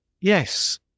Yes